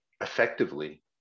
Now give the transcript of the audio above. effectively